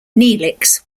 neelix